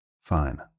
Fine